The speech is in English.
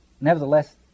nevertheless